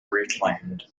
reclaimed